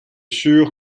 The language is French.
sûr